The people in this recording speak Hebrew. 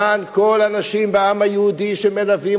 למען כל האנשים בעם היהודי שמלווים